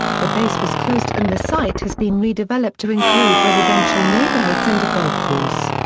the base was closed and the site has been redeveloped to include residential neighborhoods and a golf course.